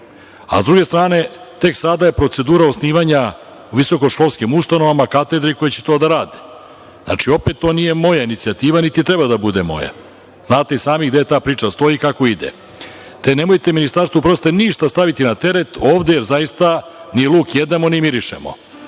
Sa druge strane, tek sada je procedura osnivanja u visokoškolskim ustanovama, katedri koje će to da rade. Znači, opet to nije moja inicijativa, niti treba da bude moja. Znate i sami gde ta priča stoji i kako ide. Te nemojte Ministarstvu prosvete ništa staviti na teret ovde, jer zaista nit luk jedemo, nit luk mirišemo.